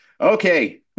Okay